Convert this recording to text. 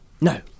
no